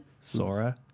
Sora